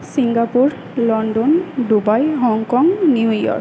Singapore London Dubai Hong Kong New York